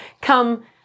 come